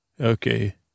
Okay